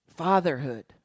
Fatherhood